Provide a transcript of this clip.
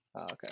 okay